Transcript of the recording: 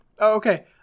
Okay